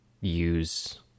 use